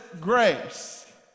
grace